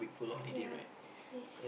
ya